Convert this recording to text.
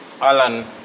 Alan